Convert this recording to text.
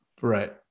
Right